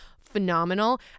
phenomenal